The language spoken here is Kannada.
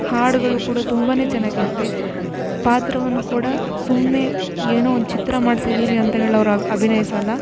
ಹಾಡುಗಳು ಕೂಡ ತುಂಬ ಚೆನ್ನಾಗಿರುತ್ತೆ ಪಾತ್ರವನ್ನು ಕೂಡ ಸುಮ್ಮನೆ ಏನೋ ಒಂದು ಚಿತ್ರ ಮಾಡ್ತಿದ್ದೀವಿ ಅಂತ ಹೇಳಿ ಅವ್ರು ಅಭಿನಯ್ಸೋಲ್ಲ